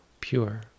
pure